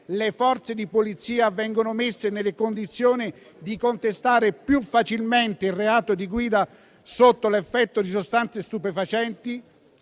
Le Forze di polizia vengono messe nelle condizioni di contestare più facilmente il reato di guida sotto l'effetto di sostanze stupefacenti.